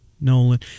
Nolan